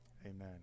amen